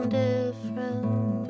different